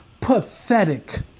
pathetic